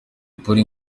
polly